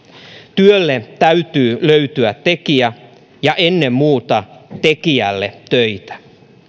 työlle täytyy löytyä tekijä ja ennen muuta tekijälle töitä